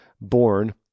born